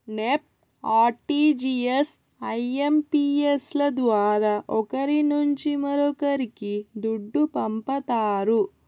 NEFT, RTGS, IMPS ల ద్వారా ఒకరి నుంచి మరొక్కరికి దుడ్డు పంపతారు